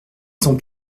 sans